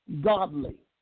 godly